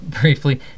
briefly